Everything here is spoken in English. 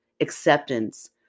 acceptance